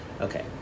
Okay